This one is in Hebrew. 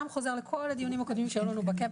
חוזר לכל הדיונים הקודמים שהיו לנו בקאפ.